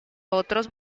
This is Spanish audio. otros